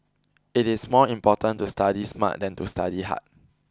it is more important to study smart than to study hard